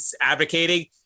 advocating